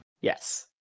Yes